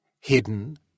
hidden